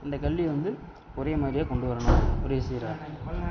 இந்த கல்வியை வந்து ஒரே மாதிரியாக கொண்டு வரணும் ஒரே சீராக